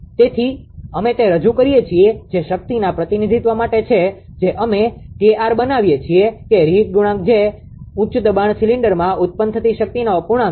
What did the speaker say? તેથી અમે તે રજૂ કરીએ છીએ જે શક્તિના પ્રતિનિધિત્વ માટે છે જે અમે 𝐾𝑟 બનાવીએ છીએ કે રિહીટ ગુણાંક છે જે ઉચ્ચ દબાણ સિલિન્ડરમાં ઉત્પન્ન થતી શક્તિનો અપૂર્ણાંક છે